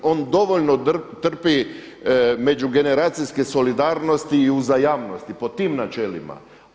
On dovoljno trpi međugeneracijske solidarnosti i uzajamnosti po tim načelima.